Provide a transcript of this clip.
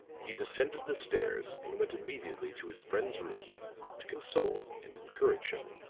he descended the stairs and went immediately to his friend's room to console and encourage him.